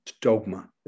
dogma